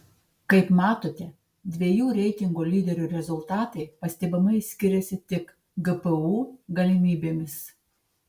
kaip matote dviejų reitingo lyderių rezultatai pastebimai skiriasi tik gpu galimybėmis